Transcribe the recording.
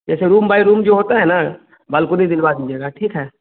जैसे room by room जो होता है ना बालकुनी दिलवा दीजिएगा ठीक है